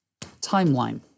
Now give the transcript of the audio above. timeline